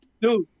Dude